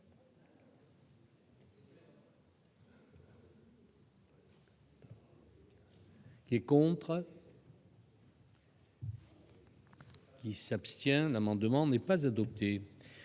Qui est contre. Qui s'abstient l'amendement n'est pas adopté,